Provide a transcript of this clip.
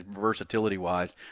versatility-wise